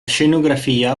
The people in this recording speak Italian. scenografia